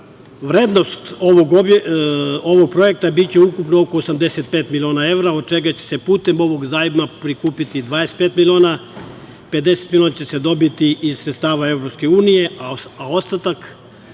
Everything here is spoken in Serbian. tržištu. Vrednost ovog projekta biće oko 85 miliona evra, a od čega će se putem ovog zajma prikupiti 25 miliona evra, 50 miliona će se dobiti iz sredstava EU, a ostatak